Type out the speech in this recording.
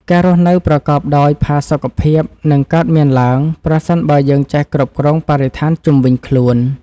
ការរស់នៅប្រកបដោយផាសុកភាពនឹងកើតមានឡើង ប្រសិនបើយើងចេះគ្រប់គ្រងបរិស្ថានជុំវិញខ្លួន។